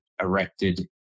erected